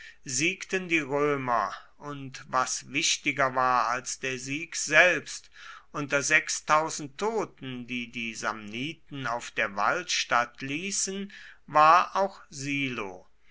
siegten die römer und was wichtiger war als der sieg selbst unter toten die die samniten auf der walstatt ließen war auch silo